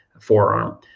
forearm